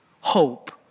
hope